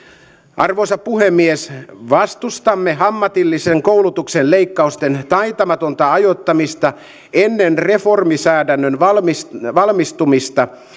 arvoisa puhemies vastustamme ammatillisen koulutuksen leikkausten taitamatonta ajoittamista ennen reformilainsäädännön valmistumista valmistumista